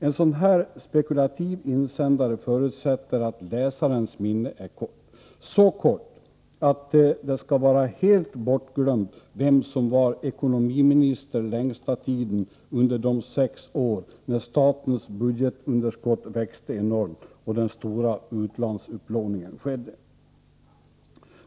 En sådan här spekulativ insändare förutsätter att läsarens minne är kort, så kort att det skall vara helt bortglömt vem som var ekonomiminister längsta tiden under de sex år när statens budgetunderskott växte enormt och den stora utlandsupplåningen skedde.